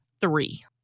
three